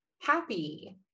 happy